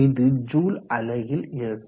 இது ஜூல் அலகில் இருக்கும்